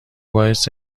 باعث